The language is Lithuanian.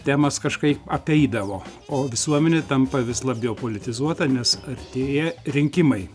temas kažkaip apeidavo o visuomenė tampa vis labiau politizuota nes artėja rinkimai